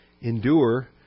endure